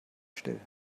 still